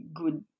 good